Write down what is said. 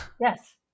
Yes